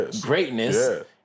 greatness